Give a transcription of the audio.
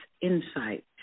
insight